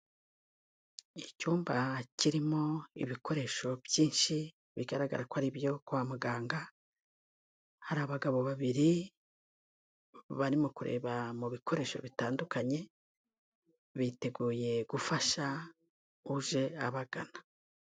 Icyumba kirimo ibikoresho byinshi bigaragara ko ari ibyo kwa muganga, hari abagabo babiri barimo kureba mu bikoresho bitandukanye, biteguye gufasha uje abagana.